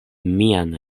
mian